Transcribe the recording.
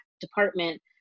department